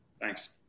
Thanks